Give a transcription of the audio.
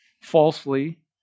falsely